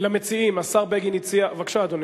למציעים, השר בגין הציע, בבקשה, אדוני,